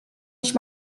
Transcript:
își